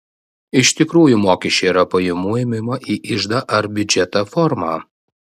iš tikrųjų mokesčiai yra pajamų ėmimo į iždą ar biudžetą forma